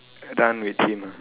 run with him